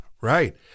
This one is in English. Right